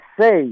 say